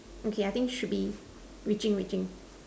okay I think should be reaching reaching